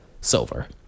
Silver